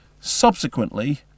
Subsequently